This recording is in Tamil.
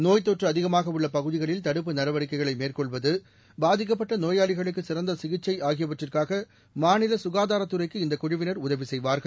நோய்த்தொற்று அதிகமாக உள்ள பகுதிகளில் தடுப்பு நடவடிக்கைகளை மேற்கொள்வது பாதிக்கப்பட்ட நோயாளிகளுக்கு சிறந்த சிகிச்சை ஆகியவற்றுக்காக மாநில ககாதாரத்துறைக்கு இந்த குழுவினர் உதவி செய்வார்கள்